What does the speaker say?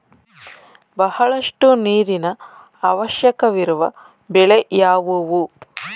ಬಹಳಷ್ಟು ನೀರಿನ ಅವಶ್ಯಕವಿರುವ ಬೆಳೆ ಯಾವುವು?